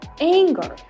anger